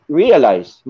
realize